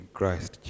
Christ